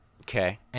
Okay